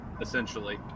Essentially